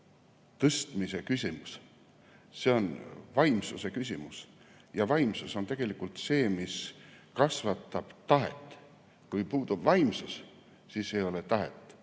tõstmise küsimus. See on vaimsuse küsimus. Ja vaimsus on tegelikult see, mis kasvatab tahet. Kui puudub vaimsus, siis ei ole tahet,